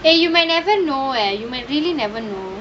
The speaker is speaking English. eh you may never know eh you might really never know